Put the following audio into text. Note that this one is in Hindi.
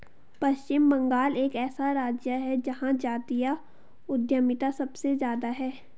पश्चिम बंगाल एक ऐसा राज्य है जहां जातीय उद्यमिता सबसे ज्यादा हैं